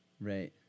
right